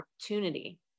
opportunity